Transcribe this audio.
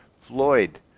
Floyd